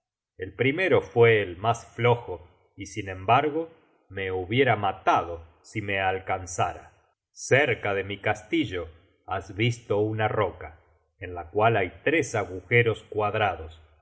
el primero fue el mas flojo y sin embargo me hubiera matado si me alcanzara cerca de mi castillo has visto una roca en la cual hay tres agujeros cuadrados